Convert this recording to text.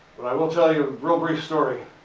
but i will tell you a brief story.